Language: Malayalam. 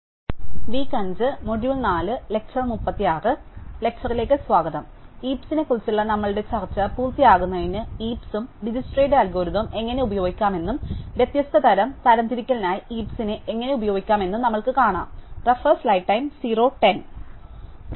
ഹീപ്സിനെ കുറിച്ചുള്ള നമ്മുടെ ചർച്ച പൂർത്തിയാക്കുന്നതിന് ഹീപ്സും ഡിജ്സ്ക്സ്ട്രയുടെ അൽഗോരിതം എങ്ങനെ ഉപയോഗിക്കാമെന്നും വ്യത്യസ്ത തരം തരംതിരിക്കലിനായി ഹീപ്സിനെ എങ്ങനെ ഉപയോഗിക്കാമെന്നും നമ്മൾക്കു കാണും